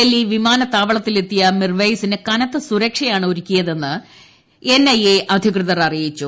ഡൽഫ്പു വിമാനത്താവളത്തിൽ എത്തിയ മിർവെയ്സിന് കനത്ത സ്യ്രുക്ഷ്യാണ് ഒരുക്കിയതെന്ന് എൻ ഐ എ അധികൃതർ അടിയിച്ചു